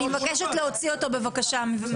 אני מבקשת להוציא אותו מהוועדה.